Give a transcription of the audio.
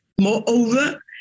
Moreover